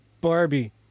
Barbie